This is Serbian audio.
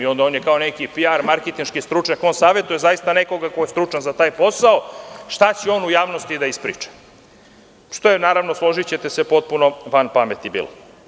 Onda je on neki PR, marketinški stručnjak, on savetuje zaista nekoga ko je stručan za taj posao, šta će on u javnosti da ispriča, što je naravno, složićete se, potpuno van pameti bilo.